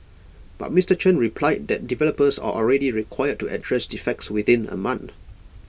but Mister Chen replied that developers are already required to address defects within A month